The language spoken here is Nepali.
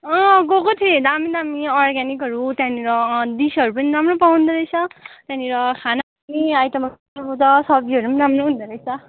अँ गएको थिएँ दामी दामी अर्ग्यानिकहरू त्यहाँनिर अँ डिसहरू पनि राम्रो पाउँदो रहेछ त्यहाँनिर खानाहरू आइटमहरू सब्जीहरू पनि राम्रो हुँदो रैछ